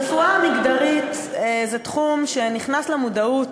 גם, רפואה מגדרית זה תחום שנכנס למודעות,